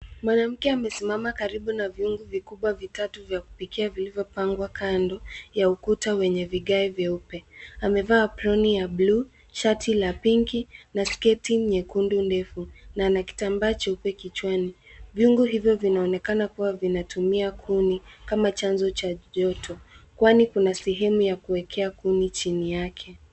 Mwanamke amesimama karibu na vyungu vikubwa vitatu vya kupikia vilivyopangwa kando ya ukuta wenye vigae vyeupe. Amevaa aproni ya buluu, shati la pinki na sketi nyekundu ndefu, na ana kitambaa cheupe kichwani. Vyungu hivyo vinaonekana kuwa vinatumia kuni kama chanzo cha joto, kwani kuna sehemu ya kuwekea kuni chini yake.